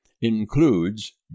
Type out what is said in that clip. includes